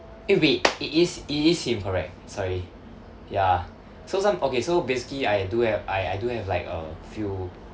eh wait it is it is him correct sorry ya so some okay so basically I do have I I do have like a few